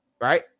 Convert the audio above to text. right